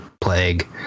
plague